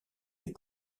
est